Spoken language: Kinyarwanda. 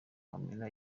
camera